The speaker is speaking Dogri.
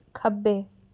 खब्बै